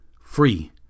free